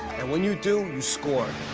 and when you do, you score.